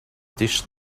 dish